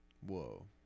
Whoa